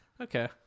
Okay